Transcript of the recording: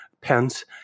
Pence